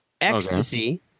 ecstasy